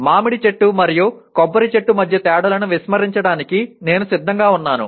మామిడి చెట్టు మరియు కొబ్బరి చెట్టు మధ్య తేడాలను విస్మరించడానికి నేను సిద్ధంగా ఉన్నాను